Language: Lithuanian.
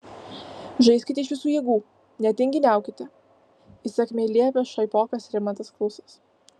žaiskite iš visų jėgų netinginiaukite įsakmiai liepia šaipokas rimantas klusas